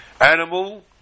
animal